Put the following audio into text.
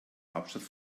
hauptstadt